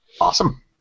Awesome